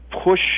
push